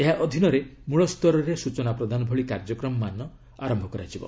ଏହା ଅଧୀନରେ ମୂଳ୍ତରରେ ସୂଚନା ପ୍ରଦାନ ଭଳି କାର୍ଯ୍ୟକ୍ରମମାନ ଆରମ୍ଭ କରାଯିବ